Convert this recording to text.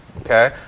okay